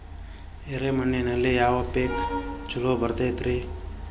ಎರೆ ಮಣ್ಣಿನಲ್ಲಿ ಯಾವ ಪೇಕ್ ಛಲೋ ಬರತೈತ್ರಿ?